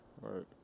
Right